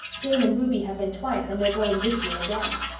jane and ruby have been twice, and they're going this year again.